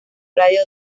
radio